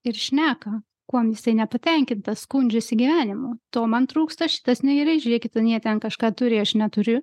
ir šneka kuom jisai nepatenkintas skundžiasi gyvenimu to man trūksta šitas negerai žiūrėkit anie ten kažką turi aš neturiu